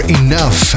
enough